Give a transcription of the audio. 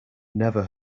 never